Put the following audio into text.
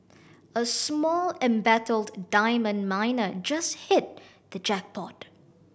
a small embattled diamond miner just hit the jackpot